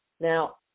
Now